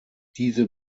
diese